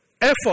effort